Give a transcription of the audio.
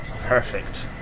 perfect